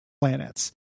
planets